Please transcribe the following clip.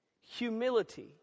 Humility